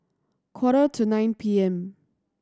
quarter to nine P M